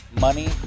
money